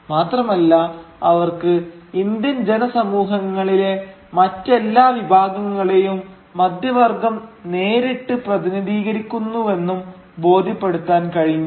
മാത്രമല്ല അവർക്ക് ഇന്ത്യൻ ജനസമൂഹങ്ങളിലെ മറ്റെല്ലാ വിഭാഗങ്ങളെയും മധ്യവർഗ്ഗം നേരിട്ട് പ്രതിനിധീകരിക്കുന്നുവെന്നും ബോധ്യപ്പെടുത്താൻ കഴിഞ്ഞു